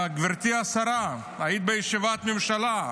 גברתי השרה, היית בישיבת ממשלה,